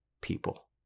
people